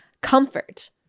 comfort